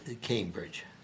Cambridge